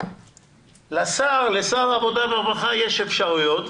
שלשר העבודה והרווחה יש אפשרויות,